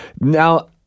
Now